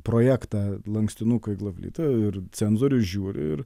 projektą lankstinuką į glavlitą ir cenzorius žiūri ir